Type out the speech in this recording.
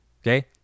okay